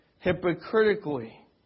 hypocritically